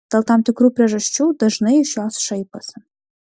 dėl tam tikrų priežasčių dažnai iš jos šaiposi